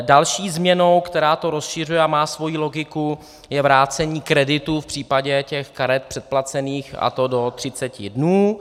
Další změnou, která to rozšiřuje a má svoji logiku, je vrácení kreditu v případě předplacených karet, a to do 30 dnů.